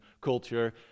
culture